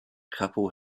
couple